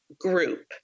group